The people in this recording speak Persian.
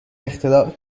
اختراع